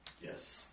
Yes